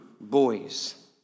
boys